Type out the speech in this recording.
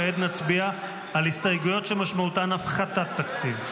כעת נצביע על הסתייגויות שמשמעותן הפחתת תקציב.